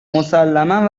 مسلما